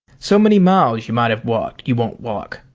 so many miles you might have walked you won't walk.